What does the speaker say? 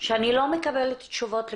שאני לא מקבלת תשובות לכלום.